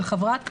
של חברת כנסת,